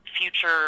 future